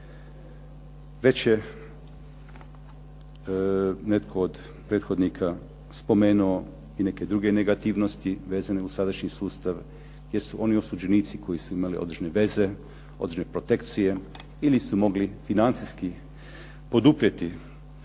Već je netko od prethodnika spomenuo ineke druge negativnosti vezane uz sadašnji sustav, gdje su oni osuđenici koji su imali određene veze, određene protekcije ili su mogli financijski poduprijeti